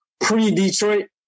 pre-Detroit